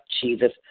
Jesus